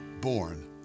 born